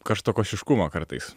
karštakošiškumo kartais